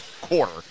quarter